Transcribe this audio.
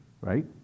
right